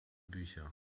bücher